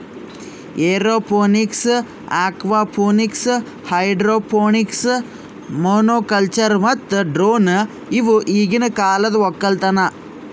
aeroponics, aquaponics, hydroponics, monoculture ಮತ್ತ drone ಇವು ಈಗಿನ ಕಾಲದ ಒಕ್ಕಲತನ